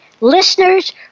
Listeners